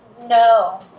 no